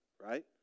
Right